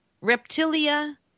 reptilia